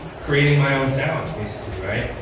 creating my own sounds, basically, right?